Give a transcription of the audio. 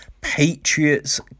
Patriots